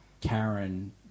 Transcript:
Karen